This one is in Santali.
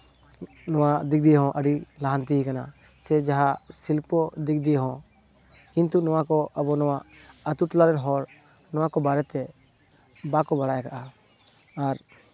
ᱱᱚᱣᱟ ᱫᱤᱠ ᱫᱤᱭᱮ ᱦᱚᱸ ᱟᱹᱰᱤ ᱞᱟᱦᱟᱱᱛᱤᱭ ᱠᱟᱱᱟ ᱥᱮ ᱡᱟᱦᱟᱱ ᱥᱤᱞᱯ ᱫᱤᱠ ᱫᱤᱭᱮ ᱦᱚᱸ ᱠᱤᱱᱛᱩ ᱱᱚᱣᱟᱠᱚ ᱟᱵᱚ ᱱᱚᱣᱟ ᱟᱹᱛᱩ ᱴᱚᱞᱟ ᱨᱮᱱ ᱦᱚᱲ ᱱᱚᱣᱟᱠᱚ ᱵᱟᱨᱮᱛᱮ ᱵᱟᱠᱚ ᱵᱟᱲᱟᱭ ᱠᱟᱜᱼᱟ ᱟᱨ